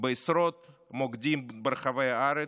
בעשרות מוקדים ברחבי הארץ,